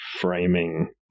framing